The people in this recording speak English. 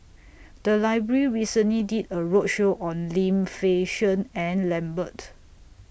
The Library recently did A roadshow on Lim Fei Shen and Lambert